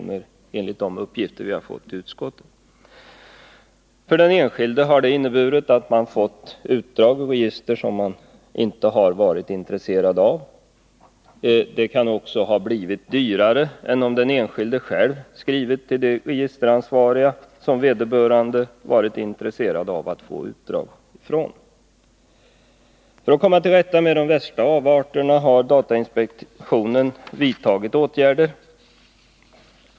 — detta enligt uppgifter vi har fått i utskottet. För den enskilde har detta inneburit att man fått utdrag ur register som man inte har varit intresserad av. Det kan också ha blivit dyrare än om den enskilde själv skrivit till dem som är ansvariga för det register som vederbörande varit intresserad av att få utdrag ur. För att komma till rätta med de värsta avarterna har datainspektionen vidtagit åtgärder.